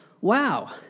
wow